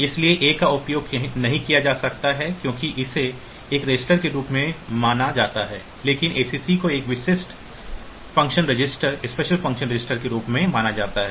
इसलिए A का उपयोग नहीं किया जा सकता है क्योंकि इसे एक रजिस्टर के रूप में माना जाता है लेकिन acc को एक विशेष फ़ंक्शन रजिस्टर के रूप में माना जाता है